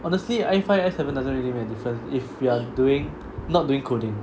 honestly I five I seven doesn't really make a difference if you're doing not doing coding